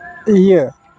ᱤᱭᱟᱹ